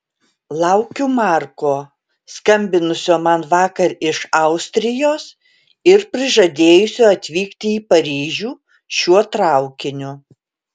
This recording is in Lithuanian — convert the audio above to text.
laukiu marko skambinusio man vakar iš austrijos ir prižadėjusio atvykti į paryžių šiuo traukiniu